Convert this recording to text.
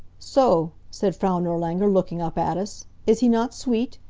so, said frau nirlanger, looking up at us. is he not sweet?